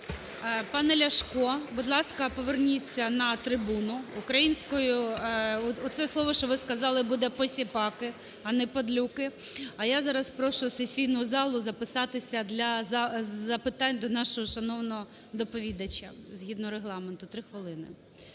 Пане Ляшко, будь ласка, поверніться на трибуну. Українською… оце слово, що ви сказали буде "посіпаки", а не "падлюки". А я зараз прошу сесійну залу записати для запитань до шановного доповідача, згідно регламенту – 3 хвилини